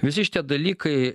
visi šitie dalykai